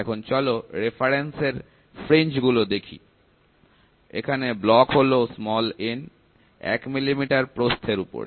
এখন চলো রেফারেন্সের ফ্রিঞ্জ গুলো দেখি এখানে ব্লক হলো n 1 মিলিমিটার প্রস্থের উপরে